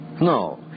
No